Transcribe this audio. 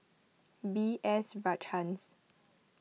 B S Rajhans